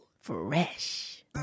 fresh